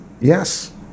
Yes